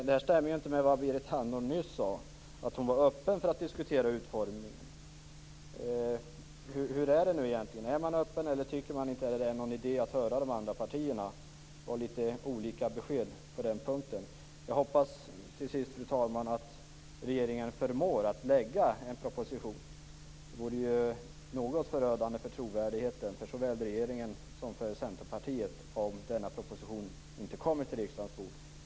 Det här stämmer inte med det Berit Andnor nyss sade, att hon var öppen för att diskutera utformningen. Hur är det egentligen, är man öppen, eller tycker man inte att det är någon idé att höra de andra partierna? Det var litet olika besked på den punkten. Jag hoppas till sist, fru talman, att regeringen förmår lägga fram en proposition. Det vore förödande för såväl regeringens som Centerpartiets trovärdighet om denna proposition inte kom till riksdagens bord.